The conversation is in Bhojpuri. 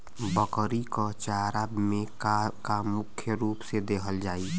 बकरी क चारा में का का मुख्य रूप से देहल जाई?